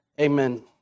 amen